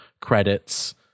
credits